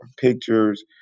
pictures